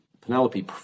Penelope